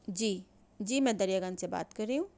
جی جی میں دریا گنج سے بات کر رہی ہوں